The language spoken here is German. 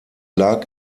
lag